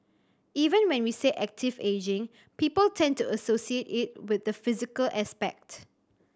even when we say active ageing people tend to associate it with the physical aspect